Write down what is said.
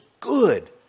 good